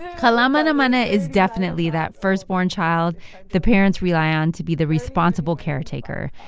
kalamanamana is definitely that first-born child the parents rely on to be the responsible caretaker.